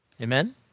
Amen